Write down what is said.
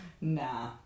Nah